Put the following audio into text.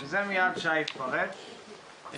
נכון, שזה מיד שי יפרט בקצרה.